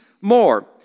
more